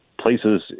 places